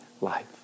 life